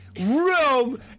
room